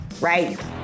right